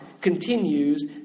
continues